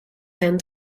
hand